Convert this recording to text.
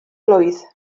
blwydd